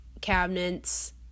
cabinets